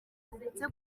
rwategetse